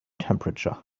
temperature